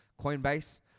Coinbase